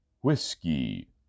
Whiskey